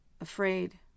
afraid